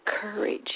courage